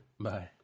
Bye